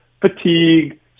Fatigue